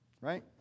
right